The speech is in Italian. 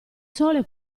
sole